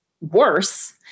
worse